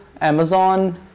Amazon